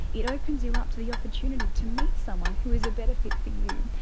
it opens you up to the opportunity to meet someone who is a better fit for you,